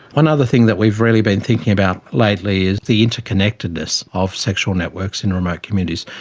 one other thing that we've really been thinking about lately is the interconnectedness of sexual networks in remote communities,